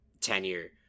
tenure